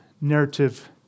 narrative